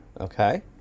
Okay